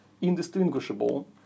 indistinguishable